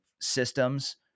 systems